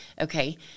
okay